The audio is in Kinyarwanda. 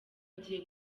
agiye